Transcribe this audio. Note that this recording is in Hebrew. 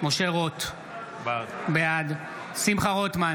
יצחק קרויזר, בעד גלעד קריב,